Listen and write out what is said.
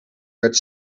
werd